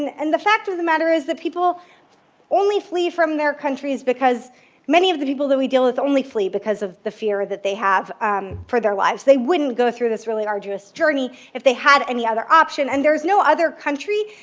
and and the fact of the matter is that people only flee from their countries because many of the people that we deal with only flee because of the fear that they have for their lives. they wouldn't go through this really arduous journey if they had any other option. and there's no other country